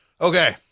Okay